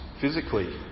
physically